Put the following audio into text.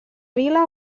vila